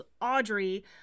Audrey